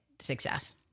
success